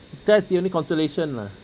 that's the only consolation lah